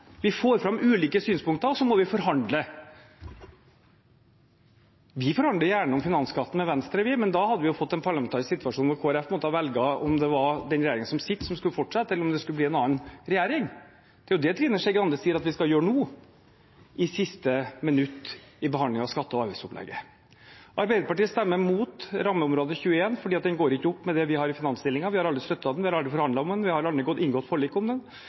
vi driver med. Vi får fram ulike synspunkter, og så må vi forhandle. Vi forhandler gjerne om finansskatten med Venstre, vi, men da hadde vi fått en parlamentarisk situasjon hvor Kristelig Folkeparti måtte velge om det var den regjeringen som sitter, som skulle fortsatt, eller om det skulle bli en annen regjering. Det er det Trine Skei Grande sier vi skal gjøre nå – i siste minutt i behandlingen av skatte- og avgiftsopplegget. Arbeiderpartiet stemmer mot rammeområde 21 fordi det ikke går opp med det vi har i finansinnstillingen. Vi har aldri støttet det, vi har aldri forhandlet om det, vi har aldri inngått forlik om